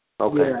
Okay